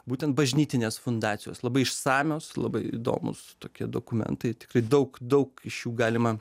būtent bažnytinės fundacijos labai išsamios labai įdomūs tokie dokumentai tikrai daug daug iš jų galima